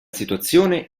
situazione